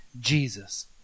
jesus